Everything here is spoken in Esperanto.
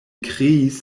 kreis